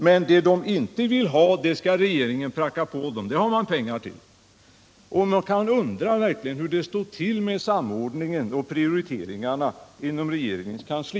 Men det de inte vill ha skall regeringen pracka på dem, det har den pengar till. Man kan verkligen undra hur det står till med samordningen och prioriteringarna inom regeringens kansli.